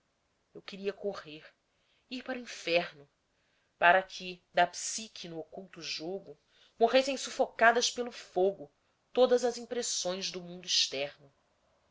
eu queria correr ir para o inferno para que da psique no oculto jogo morressem sufocadas pelo fogo todas as impressões do mundo externo